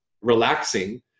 relaxing